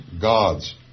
God's